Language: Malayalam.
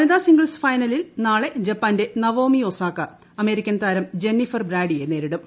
വനിത സിംഗിൾസ് ഫൈനലിൽ നാളെ ജപ്പാൻ്റെ നവോമി ഒസാക്ക അമേരിക്കൻ താരം ജെന്നിഫർ ബ്രാഡിയെ നേരിടും